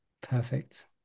Perfect